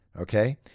okay